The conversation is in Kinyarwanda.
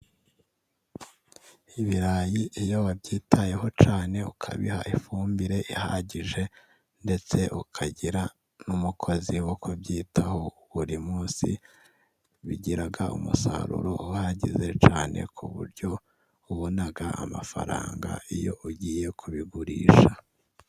Ibirayi iyo wabyitayeho cyane ukabiha ifumbire ihagije, ndetse ukagira n'umukozi wo kubyitaho buri munsi, bigira umusaruro uhagije cyane ku buryo ubona amafaranga iyo ugiye kubigurisha.